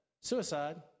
suicide